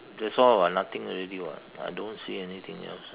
that's all [what] nothing already [what] I don't see anything else